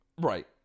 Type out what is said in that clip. Right